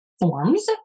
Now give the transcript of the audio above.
forms